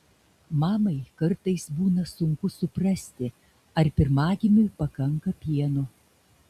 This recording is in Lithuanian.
mamai kartais būna sunku suprasti ar pirmagimiui pakanka pieno